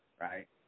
right